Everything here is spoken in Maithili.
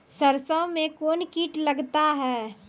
सरसों मे कौन कीट लगता हैं?